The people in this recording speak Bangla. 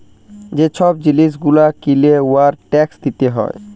যে ছব জিলিস গুলা কিলে উয়ার ট্যাকস দিতে হ্যয়